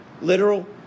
literal